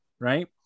right